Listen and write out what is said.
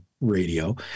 Radio